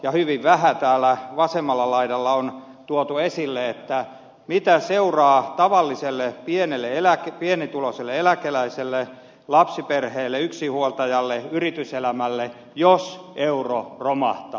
hyvin vähän täällä vasemmalla laidalla on tuotu esille mitä seurauksia on tavalliselle pienituloiselle eläkeläiselle lapsiperheelle yksinhuoltajalle yrityselämälle jos euro romahtaa